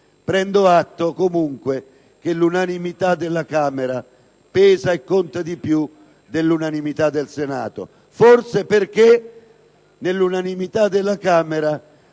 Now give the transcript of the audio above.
Prendo atto comunque che l'unanimità della Camera pesa e conta di più dell'unanimità del Senato, forse perché nell'unanimità della Camera